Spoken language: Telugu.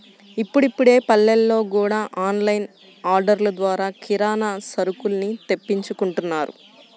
ఇప్పుడిప్పుడే పల్లెల్లో గూడా ఆన్ లైన్ ఆర్డర్లు ద్వారా కిరానా సరుకుల్ని తెప్పించుకుంటున్నారు